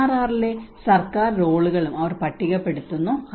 DRR ലെ സർക്കാർ റോളുകളും അവർ പട്ടികപ്പെടുത്തുന്നു